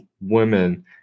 women